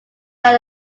are